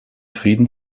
frieden